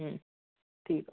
ठीकु